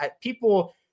people –